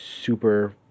super